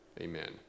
amen